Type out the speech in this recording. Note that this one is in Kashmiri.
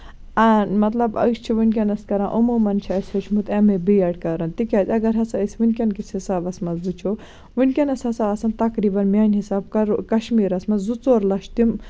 آ مطلب أسۍ چھِ ؤنکیٚنَس کران عموٗمَن چھُ اَسہِ وُچھمُت ایم ای بی ایڈ کران تِکیٛازِ اَگر ہسا أسۍ ؤنکیٚن کِس حِسابَس منٛز وُچھو ؤنکیٚنَس ہسا آسان تَقریٖبَن میٛانہِ حِسابہٕ کرور کَشمیٖرَس منٛز زٕ ژور لَچھ تِم